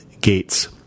gates